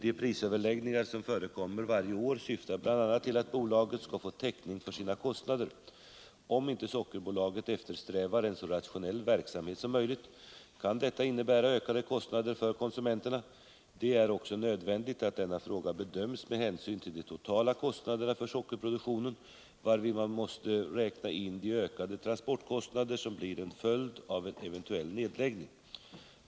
De prisöverläggningar som förekommer varje år syftar bl.a. till att bolaget skall få täckning för sina kostnader. Om inte Sockerbolaget eftersträvar en så rationell verksamhet som möjligt kan detta innebära ökade kostnader för konsumenterna. Det är också nödvändigt att denna fråga bedöms med hänsyn till de totala kostnaderna för sockerproduktionen, varvid man även måste räkna in de ökade transportkostnader som blir en följd av en eventuell nedläggning.